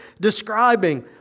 describing